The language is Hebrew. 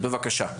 בבקשה.